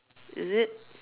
is it